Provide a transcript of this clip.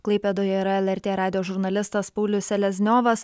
klaipėdoje yra lrt radijo žurnalistas paulius selezniovas